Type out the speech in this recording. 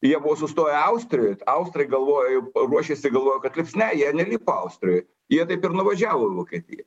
jie buvo sustoję austrijoj austrai galvojo jau ruošėsi galvojo kad liks ne jie neliko austrijoj jie taip ir nuvažiavo į vokietiją